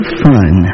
fun